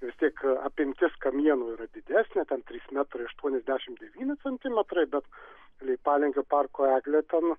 vis tiek apimtis kamieno yra didesnio ten trys metrai aštuoniasdešimt devyni centimetrai bet leipalingio parko eglė ten